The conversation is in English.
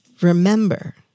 remember